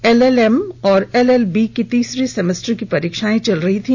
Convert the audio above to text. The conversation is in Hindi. एलएलएम और एलएलबी की तीसरे सेमेस्टर की परीक्षा चल रही थी